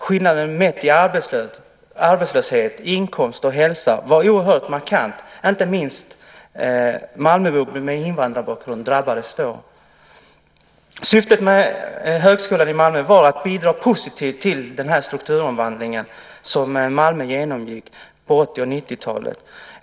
Skillnaden mätt i arbetslöshet, inkomst och hälsa var oerhört markant. Inte minst drabbades då malmöbor med invandrarbakgrund. Syftet med högskolan i Malmö var att bidra positivt till strukturomvandlingen som Malmö genomgick på 80 och 90-talen.